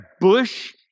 bush